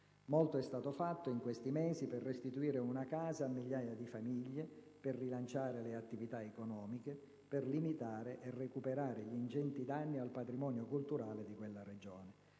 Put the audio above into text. Molto è stato fatto, in questi mesi, per restituire una casa a migliaia di famiglie, per rilanciare le attività economiche, per limitare e recuperare gli ingenti danni al patrimonio culturale di quella Regione.